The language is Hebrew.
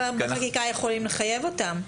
אנחנו יכולים לחייב אותם בחקיקה.